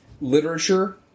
literature